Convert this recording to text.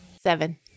Seven